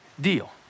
deal